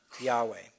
Yahweh